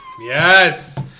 Yes